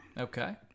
Okay